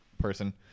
person